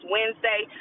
Wednesday